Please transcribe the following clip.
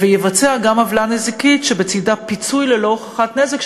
ויבצע גם עוולה נזיקית שבצדה פיצוי ללא הוכחת נזק,